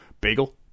Bagel